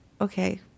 okay